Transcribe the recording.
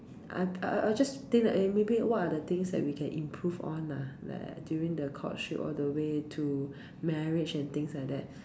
I'm I'll just think eh maybe what are things that we can improve on lah like during the courtship all the way to marriage and things like that